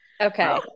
Okay